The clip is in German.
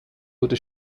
wurde